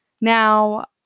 Now